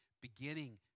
beginning